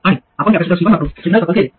आणि आपण capacitor C1 वापरुन सिग्नल कपल केले